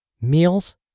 meals